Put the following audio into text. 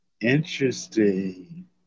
Interesting